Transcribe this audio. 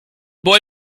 boy